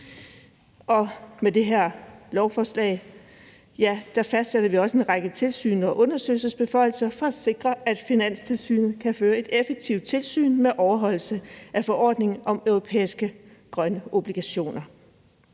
og med det her lovforslag fastsætter vi også en række tilsyn og undersøgelsesbeføjelser for at sikre, at Finanstilsynet kan føre et effektivt tilsyn med overholdelse af forordningen om europæiske grønne obligationer.